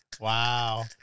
Wow